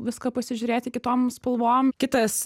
viską pasižiūrėti kitom spalvom kitas